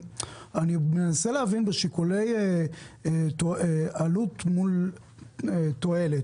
אני מנסה להבין בשיקולי עלות מול תועלת,